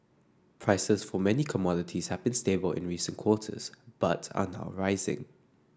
prices for many commodities have been stable in recent quarters but are now rising